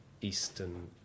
Eastern